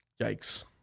yikes